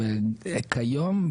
כיום,